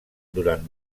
durant